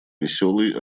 веселый